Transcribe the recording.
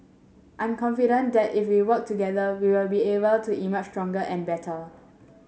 I'm confident that that if we work together we will be able to emerge stronger and better